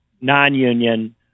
non-union